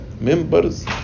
members